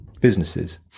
businesses